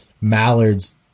mallards